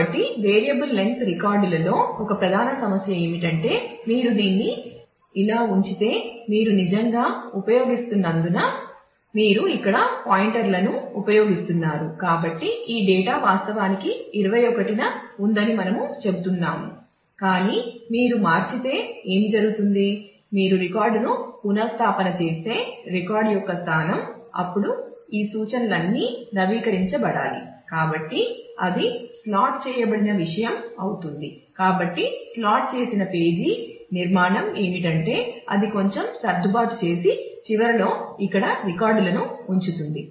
కాబట్టి variable length రికార్డుల నిర్మాణం ఏమిటంటే అది కొంచెం సర్దుబాటు చేసి చివరిలో ఇక్కడ రికార్డులను ఉంచుతుంది